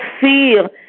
fear